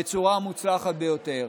בצורה מוצלחת ביותר.